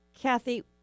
Kathy